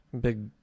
Big